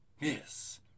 Yes